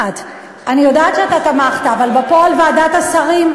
סדרת בקשות הממשלה לגבי החלת דין רציפות על כמה חוקים,